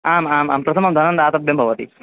आम् आम् आम् प्रथमं धनं दातव्यं भवति